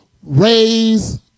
Raise